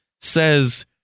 Says